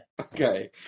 Okay